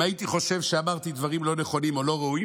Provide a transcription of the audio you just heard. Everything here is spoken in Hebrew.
אם הייתי חושב שאמרתי דברים לא נכונים או לא ראויים,